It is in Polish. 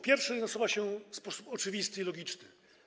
Pierwszy nasuwa się w sposób oczywisty i logiczny.